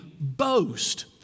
boast